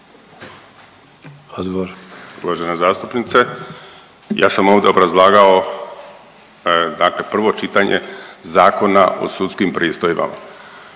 odgovor